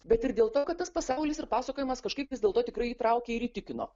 bet ir dėl to kad tas pasaulis ir pasakojimas kažkaip vis dėlto tikrai įtraukė ir įtikino